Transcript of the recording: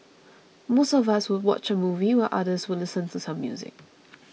most of us would watch a movie while others listen to some music